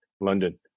London